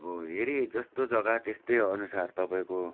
अब हेरिहेरि जस्तो जग्गा त्यस्तै अनुसार तपाईँको